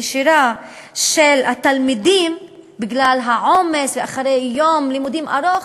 נשירה של התלמידים בגלל העומס אחרי יום לימודים ארוך,